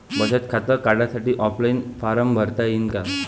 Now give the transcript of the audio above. बचत खातं काढासाठी ऑफलाईन फारम भरता येईन का?